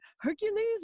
Hercules